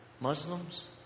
Muslims